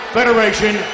Federation